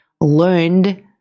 learned